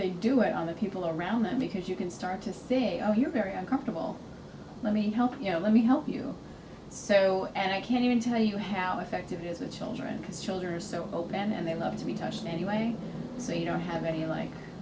they do it on the people around them because you can start to say oh you're very uncomfortable let me help you know let me help you so and i can't even tell you how effective it is the children because children are so open and they love to be touched anyway so you don't have any like